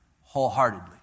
wholeheartedly